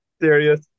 Serious